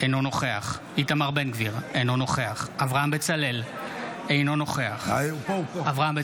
אינו נוכח איתמר בן גביר, אינו נוכח אברהם בצלאל,